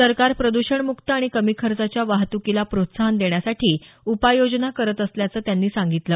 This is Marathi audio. सरकार प्रद्षण मुक्त आणि कमी खर्चाच्या वाहतुकीला प्रोत्साहन देण्यासाठी उपाययोजना करत असल्याचं त्यांनी सांगितलं